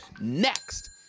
Next